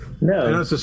No